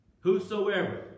Whosoever